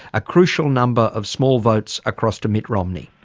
a crucial number of small votes, across to mitt romney?